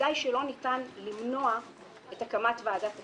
בוודאי שלא ניתן למנוע את הקמת ועדת הכנסת,